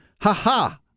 ha-ha